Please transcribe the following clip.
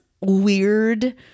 weird